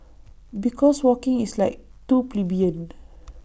because walking is like too plebeian